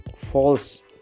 false